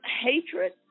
hatred